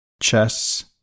Chess